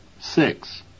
Six